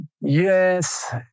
Yes